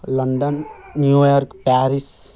London New York Paris